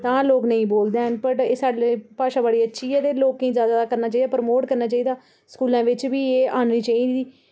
तां लोग नेईं बोलदे हैन बट भाशा बड़ी अच्छी ऐ ते लोके जादा करना चाहिदा प्रोमोट करना चाहिदा स्कूले विच बी एह् आह्ननी चाहिदी